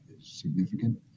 significant